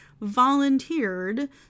volunteered